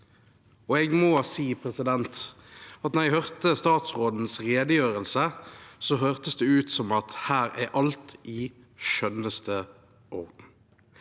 Jeg må si at da jeg hørte statsrådens redegjørelse, hørtes det ut som at her er alt i skjønneste orden.